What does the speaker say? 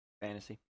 Fantasy